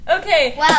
Okay